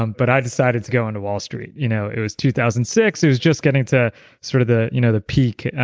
um but i decided to go into wall street. you know it was two thousand and six, it was just getting to sort of the you know the peak,